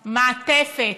מעטפת,